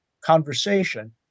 conversation